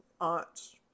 aunt's